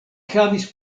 havis